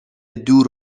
دور